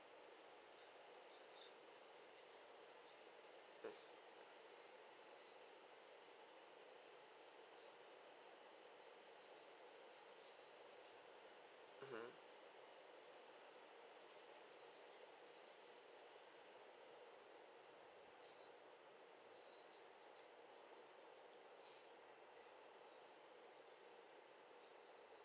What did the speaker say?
mmhmm